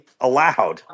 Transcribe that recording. allowed